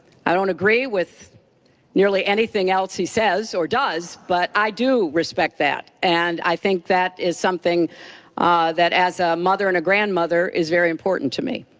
i don't agree with nearly anything else he says or does, but i do respect that and think that is something that as a mother and a grandmother is very important to me.